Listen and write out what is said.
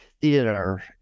theater